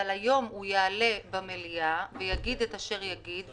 אבל היום הוא יעלה במליאה ויגיד את אשר יגיד,